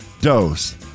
Dose